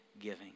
giving